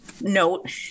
note